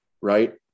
right